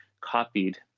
copied